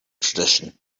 tradition